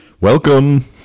Welcome